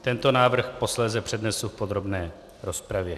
Tento návrh posléze přednesu v podrobné rozpravě.